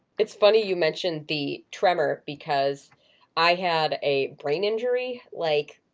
it's funny you mentioned the tremor because i had a brain injury, like